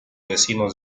vecinos